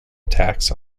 attacks